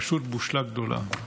פשוט בושה גדולה.